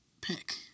pick